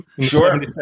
Sure